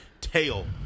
tail